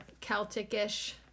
Celtic-ish